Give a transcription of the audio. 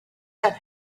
that